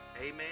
Amen